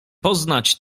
poznać